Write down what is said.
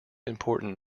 important